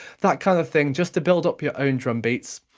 that kind of thing, just to build up your own drum beats.